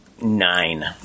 Nine